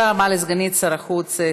תודה רבה לסגנית שר החוץ,